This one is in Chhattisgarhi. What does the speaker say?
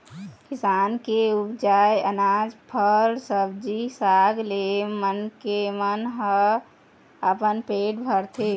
किसान के उपजाए अनाज, फर, सब्जी साग ले मनखे मन ह अपन पेट भरथे